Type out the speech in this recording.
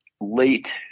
late